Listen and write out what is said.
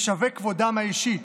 ושווה כבודם האישי".